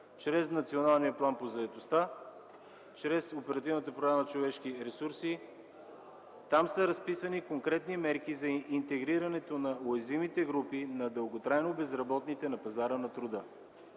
чрез Националния план по заетостта, чрез Оперативната програма „Човешки ресурси” са разписани конкретни мерки за интегриране на уязвимите групи на дълготрайно безработните на пазара на труда.